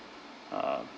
um